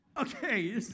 Okay